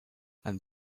and